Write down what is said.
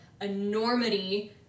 enormity